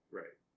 right